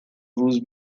روز